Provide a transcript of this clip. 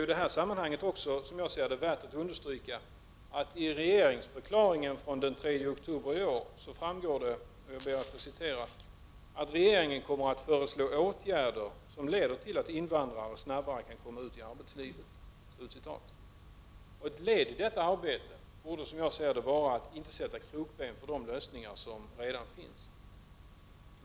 I det här sammanhanget är det också värt att understryka vad som står i regeringsförklaringen från den 3 oktober i år: ”Regeringen kommer att föreslå åtgärder som leder till att invandrare snabbare kan komma ut i arbetslivet.” Ett led i detta arbete borde vara, som jag ser det, att inte sätta krokben för de lösningar som redan finns.